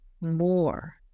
more